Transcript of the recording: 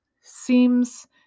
seems